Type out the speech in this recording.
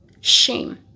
Shame